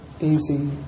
easy